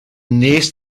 wnest